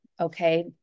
okay